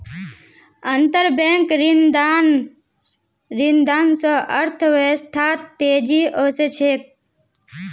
अंतरबैंक ऋणदान स अर्थव्यवस्थात तेजी ओसे छेक